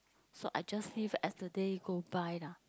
so I just live as the day go by lah